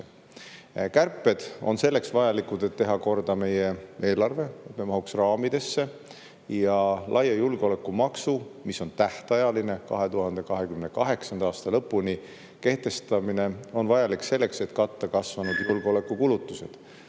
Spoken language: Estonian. Kärped on selleks vajalikud, et teha korda meie eelarve, selleks et mahuksime raamidesse. Laia julgeolekumaksu, mis on tähtajaline [ja kehtib] 2028. aasta lõpuni, kehtestamine on vajalik selleks, et katta kasvanud julgeolekukulutused.